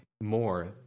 more